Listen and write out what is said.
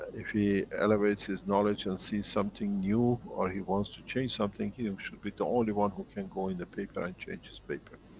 if he elevates his knowledge and sees something new or he wants to change something, he um should be the only one who can going in the paper and change his paper